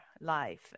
life